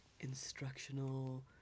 instructional